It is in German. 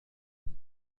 das